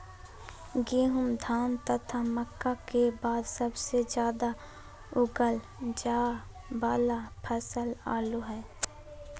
गेहूं, धान तथा मक्का के बाद सबसे ज्यादा उगाल जाय वाला फसल आलू हइ